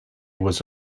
was